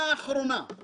אני יכול לקבוע